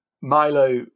Milo